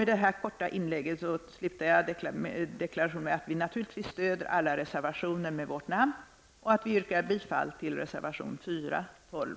Det här korta inlägget slutar jag med deklarationen att vi naturligtvis stöder alla reservationer där vi finns med och att vi yrkar bifall till reservation 4, 12